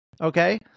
Okay